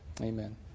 Amen